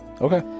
Okay